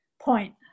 point